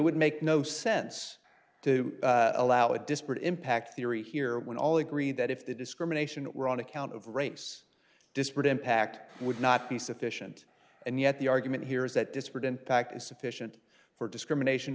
would make no sense to allow a disparate impact theory here when all agree that if the discrimination were on account of race disparate impact would not be sufficient and yet the argument here is that disparate impact is sufficient for discrimination